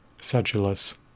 sedulous